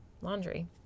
laundry